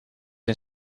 een